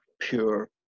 pure